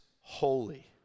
holy